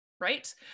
right